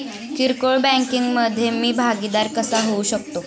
किरकोळ बँकिंग मधे मी भागीदार कसा होऊ शकतो?